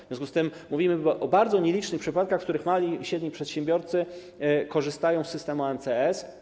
W związku z tym mówimy o bardzo nielicznych przypadkach, w których mali i średni przedsiębiorcy korzystają z systemu EMCS.